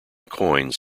coins